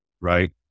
right